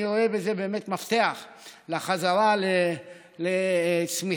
אני רואה בזה מפתח לחזרה לצמיחה,